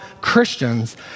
Christians